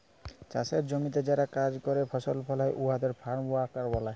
চাষের জমিতে যারা কাজ ক্যরে ফসল ফলায় উয়াদের ফার্ম ওয়ার্কার ব্যলে